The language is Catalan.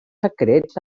secrets